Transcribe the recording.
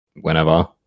whenever